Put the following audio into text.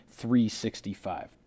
365